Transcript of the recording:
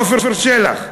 עפר שלח,